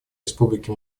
республики